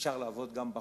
אפשר לעבוד גם בחוץ,